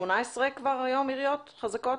18 עיריות חזקות?